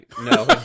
no